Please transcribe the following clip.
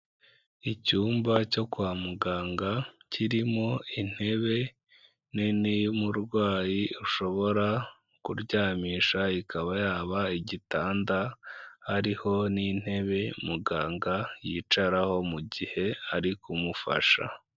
Icyumba cyo kwa muganga kirimo intebe nini iyo umurwayi ashobora kuryamisha ikaba yaba igitanda; hariho n'intebe muganga yicaraho mu gihe ari kumufasha.